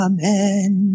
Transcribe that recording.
Amen